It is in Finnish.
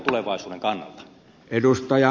arvoisa puhemies